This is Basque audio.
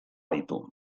ditu